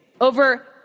over